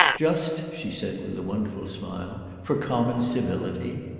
just, she said with a wonderful smile, for common civility.